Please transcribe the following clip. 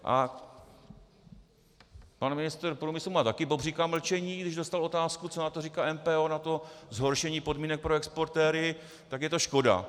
A pan ministr průmyslu má také bobříka mlčení, když dostal otázku, co na to říká MPO, na to zhoršení podmínek pro exportéry, tak je to škoda.